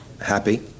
happy